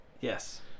Yes